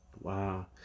Wow